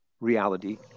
reality